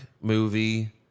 movie